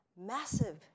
massive